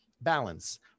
Balance